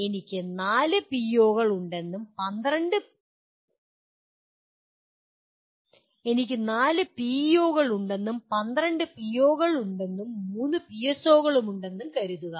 എനിക്ക് നാല് പിഇഒകളുണ്ടെന്നും 12 പിഒകളുണ്ടെന്നും മൂന്ന് പിഎസ്ഒകളുണ്ടെന്ന് കരുതുക